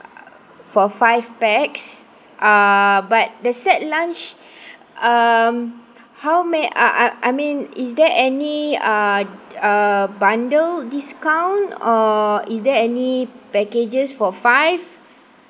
for five pax uh but the set lunch um how man~ I I I mean is there any uh err bundle discount or is there any packages for five